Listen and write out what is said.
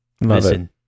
Listen